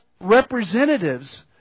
representatives